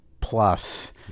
plus